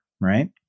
right